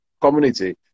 community